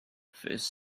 first